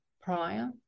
prior